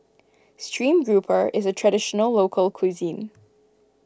Stream Grouper is a Traditional Local Cuisine